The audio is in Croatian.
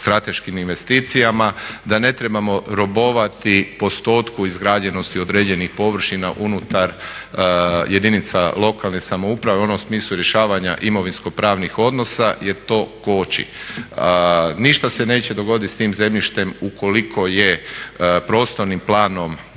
strateškim investicijama, da ne trebamo robovati postotku izgrađenosti određenih površina unutar jedinica lokalne samouprave u onom smislu rješavanja imovinsko-pravnih odnosa jer to koči. Ništa se neće dogodit s tim zemljištem ukoliko je prostornim planom